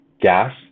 gas